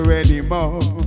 anymore